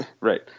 Right